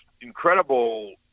incredible